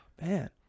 Man